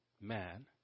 man